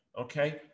okay